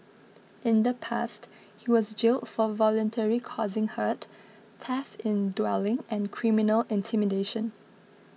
in the past he was jailed for voluntarily causing hurt theft in dwelling and criminal intimidation